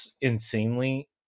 insanely